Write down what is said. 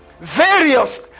various